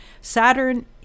Saturn